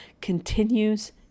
continues